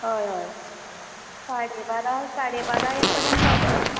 हय हय पावणे बारा साडे बरा एक परेन पावतलें